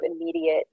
immediate